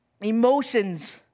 emotions